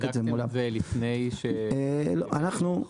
אנחנו נבדוק את זה מולם.